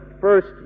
first